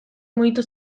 mugitu